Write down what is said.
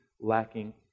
lacking